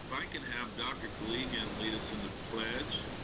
i can have dr. koligian lead us in the pledge.